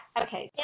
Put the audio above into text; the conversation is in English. okay